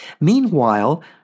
Meanwhile